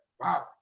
Wow